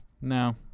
No